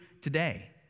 today